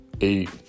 eight